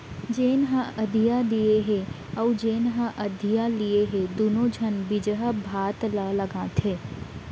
जेन ह अधिया दिये हे अउ जेन ह अधिया लिये हे दुनों झन बिजहा भात ल लगाथें